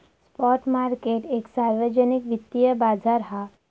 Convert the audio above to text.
spot market एक सार्वजनिक वित्तिय बाजार हा